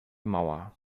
mauer